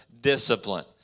discipline